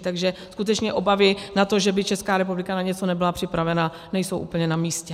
Takže skutečně obavy z toho, že by Česká republika na něco nebyla připravena, nejsou úplně namístě.